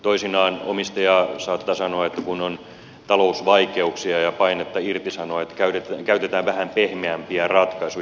toisinaan omistaja saattaa sanoa kun on talousvaikeuksia ja painetta irtisanoa että käytetään vähän pehmeämpiä ratkaisuja